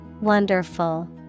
Wonderful